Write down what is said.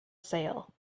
sale